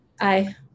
Aye